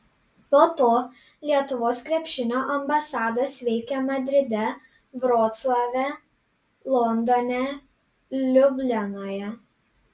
po to lietuvos krepšinio ambasados veikė madride vroclave londone liublianoje